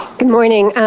good morning,